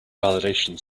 validation